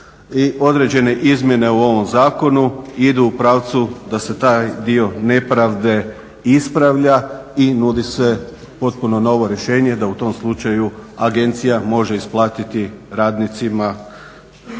određene izmjene u ovom zakonu idu u pravcu da se taj dio nepravde ispravlja i nudi se potpuno novo rješenje da u tom slučaju agencija može isplatiti radnicima